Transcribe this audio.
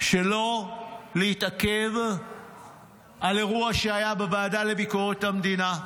שלא להתעכב על אירוע שהיה בוועדה לביקורת המדינה.